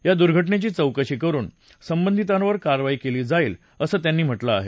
या दुर्घटनेची चौकशी करुन संबंधितांवर कारवाई केली जाईल असं त्यांनी म्हटलं आहे